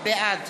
בעד